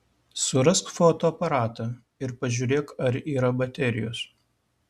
surask fotoaparatą ir pažiūrėk ar yra baterijos